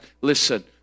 listen